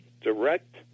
direct